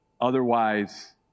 Otherwise